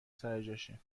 سرجاشه